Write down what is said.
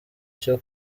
cyo